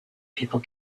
people